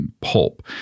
pulp